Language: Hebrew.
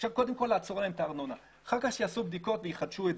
קודם כל לעצור להם את הארנונה ואחר כך שיעשו בדיקות ויחדשו.